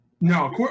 no